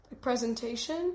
presentation